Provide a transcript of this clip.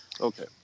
Okay